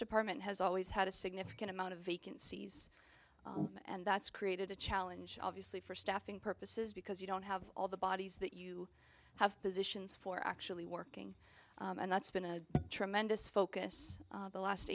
department has always had a significant amount of vacancies and that's created a challenge obviously for staffing purposes because you don't have all the bodies that you have positions for actually working and that's been a tremendous focus the last